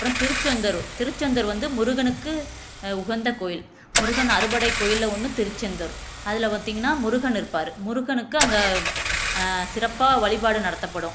அப்புறம் திருச்செந்தூர் திருச்செந்தூர் வந்து முருகனுக்கு உகந்த கோயில் முருகன் அறுபடை கோயிலில் ஒன்று திருச்செந்தூர் அதில் பார்த்திங்கனா முருகன் இருப்பார் முருகனுக்கு அங்கே சிறப்பாக வழிபாடு நடத்தப்படும்